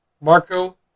Marco